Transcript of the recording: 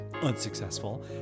unsuccessful